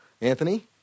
Anthony